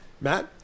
Matt